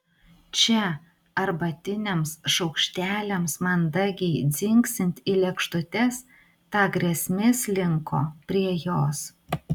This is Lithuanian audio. čia arbatiniams šaukšteliams mandagiai dzingsint į lėkštutes ta grėsmė slinko prie jos